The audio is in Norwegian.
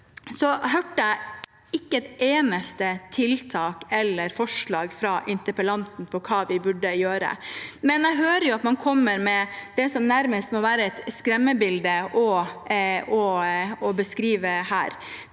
Jeg hørte ikke et eneste tiltak eller forslag fra interpellanten om hva vi burde gjøre, men jeg hører at man kommer med det som nærmest må være et skremmebilde. Det som er